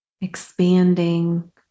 expanding